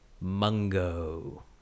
Mungo